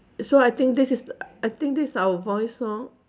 so I think this is I think this is our voice lor